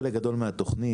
חלק גדול מהתוכנית,